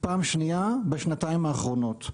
פעם שנייה בשנתיים האחרונות.